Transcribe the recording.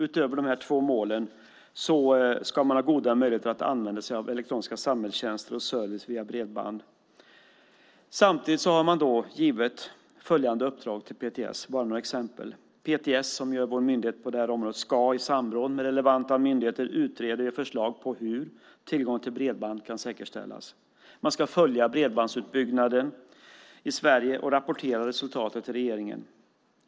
Utöver dessa två mål ska man ha goda möjligheter att använda sig av elektroniska samhällstjänster och service via bredband. Samtidigt har regeringen givit följande uppdrag till PTS. Detta är bara några exempel. PTS, som är vår myndighet på området, ska i samråd med relevanta myndigheter utreda och ge förslag på hur tillgång till bredband kan säkerställas. PTS ska följa bredbandsutbyggnaden i Sverige och rapportera resultatet till regeringen.